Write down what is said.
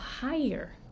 higher